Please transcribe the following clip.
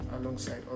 alongside